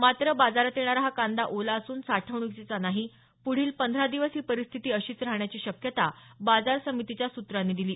मात्र बाजारात येणारा हा कांदा ओला असून साठवणीचा नाही पुढील पंधरा दिवस ही परिस्थिती अशीच राहण्याची शक्यता बाजार समितीच्या सूत्रांनी दिली